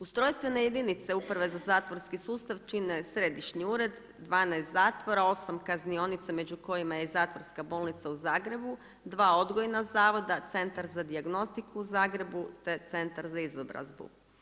Ustrojstvene jedince Uprave za zatvorski sustav čine središnji ured, 12 zatvora, 8 kaznionica među kojima je zatvorska bolnica u Zagrebu, 2 odgojna zavoda, Centar za dijagnostiku u Zagrebu te Centar za izobrazbu.